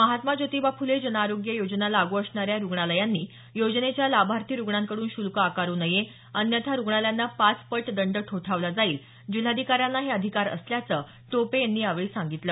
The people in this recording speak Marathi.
महात्मा ज्योतिबा फुले जनआरोग्य योजना लागू असणाऱ्या रुग्णालयांनी योजनेच्या लाभार्थी रुग्णांकडून शुल्क आकारू नये अन्यथा रुग्णालयांना पाच पट दंड ठोठावला जाईल जिल्हाधिकाऱ्यांना हे अधिकार असल्याचं टोपे यांनी यावेळी सांगितलं